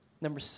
Number